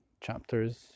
chapters